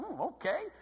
okay